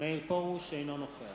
אינו נוכח